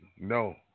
No